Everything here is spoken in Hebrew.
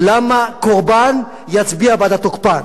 למה קורבן יצביע בעד התוקפן?